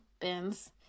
bins